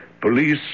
police